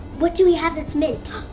what do we have that's mint?